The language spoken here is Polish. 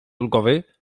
ulgowy